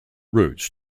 routes